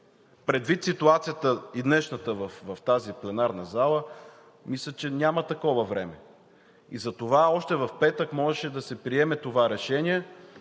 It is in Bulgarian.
Предвид ситуацията – и днешната, в тази пленарна зала, мисля, че няма такова време. И затова още в петък можеше да се приеме това решение,